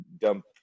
dump